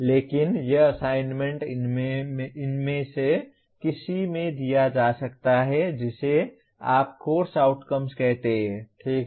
लेकिन ये असाइनमेंट इनमें से किसी में दिया जा सकता है जिसे आप कोर्स आउटकम्स कहते हैं ठीक है